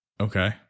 Okay